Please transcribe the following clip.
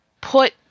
put